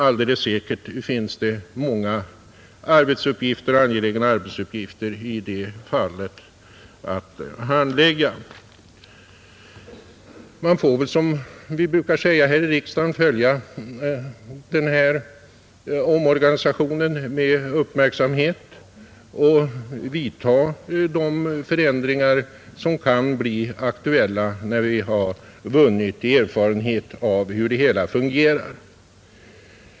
Alldeles säkert finns det många angelägna arbetsuppgifter att handlägga i det fallet. Man får väl, som vi brukar säga här i riksdagen, följa den här omorganisationen med uppmärksamhet och vidta de förändringar som kan bli aktuella när man har vunnit erfarenhet av hur det hela fungerar.